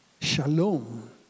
shalom